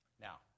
Now